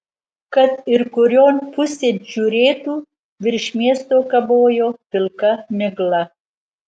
kad ir kurion pusėn žiūrėtų virš miesto kabojo pilka migla